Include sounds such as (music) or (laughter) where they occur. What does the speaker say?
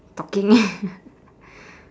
talking (laughs)